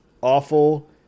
awful